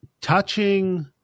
touching